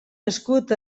nascut